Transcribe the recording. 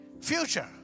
Future